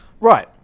Right